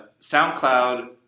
SoundCloud